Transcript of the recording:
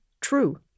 true